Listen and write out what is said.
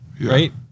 Right